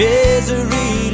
Misery